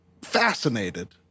fascinated